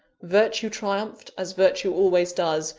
virtue triumphed, as virtue always does,